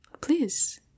Please